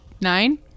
Nine